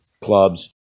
clubs